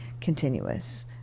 continuous